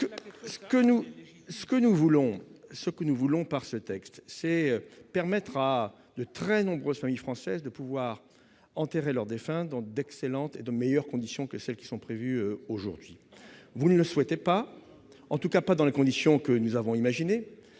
ce que nous voulons, par ce texte, c'est permettre à de très nombreuses nuits française de pouvoir enterrer leurs défunts dans d'excellentes et de meilleures conditions que celles qui sont prévues aujourd'hui, vous ne le souhaitez pas en tout cas pas dans les conditions que nous avons imaginé